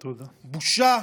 בושה.